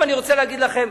עכשיו אני רוצה להגיד לכם,